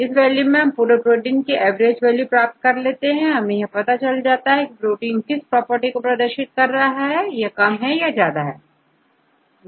इन value से हमें पूरे प्रोटीन की एवरेज वैल्यू प्राप्त हो जाएगी और आप यहां बता पाएंगे कि प्रोटीन किस प्रॉपर्टी को प्रदर्शित करता है यह ज्यादा है या कम